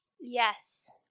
Yes